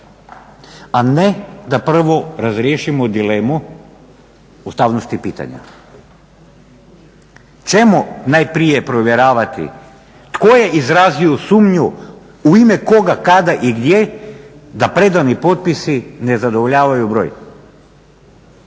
a ne da prvo razriješimo dilemu ustavnosti pitanja? Čemu najprije provjeravati tko je izrazio sumnju, u ime koga, kada i gdje da predani potpisi ne zadovoljavaju broj?